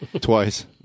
Twice